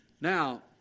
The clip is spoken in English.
Now